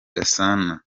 gasana